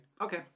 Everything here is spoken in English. Okay